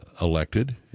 elected